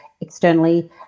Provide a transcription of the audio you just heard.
externally